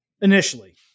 initially